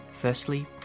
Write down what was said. Firstly